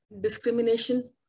discrimination